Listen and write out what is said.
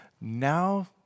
Now